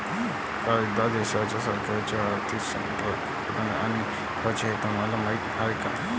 एखाद्या देशाच्या सरकारचे आर्थिक स्त्रोत, उत्पन्न आणि खर्च हे तुम्हाला माहीत आहे का